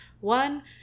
One